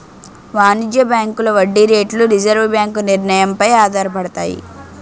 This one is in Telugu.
వాణిజ్య బ్యాంకుల వడ్డీ రేట్లు రిజర్వు బ్యాంకు నిర్ణయం పై ఆధారపడతాయి